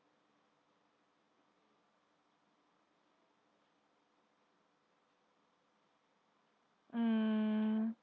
hmm